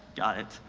got it.